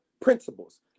principles